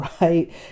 Right